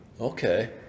Okay